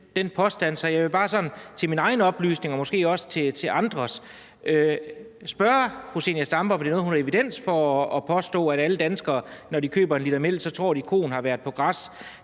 Så jeg vil bare sådan til min egen oplysning og måske også til andres spørge fru Zenia Stampe, om hun har evidens for at påstå, at alle danskere, når de køber en liter mælk, tror, at koen har været på græs.